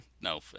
no